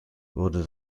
wurde